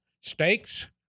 Steaks